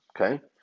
okay